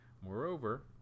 Moreover